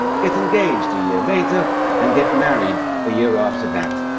get engaged a year later and get married a year after that.